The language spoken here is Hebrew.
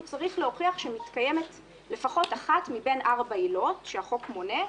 הוא צריך להוכיח שמתקיימת לפחות אחת מבין ארבע העילות שהחוק מונה,